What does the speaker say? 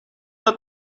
not